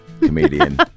comedian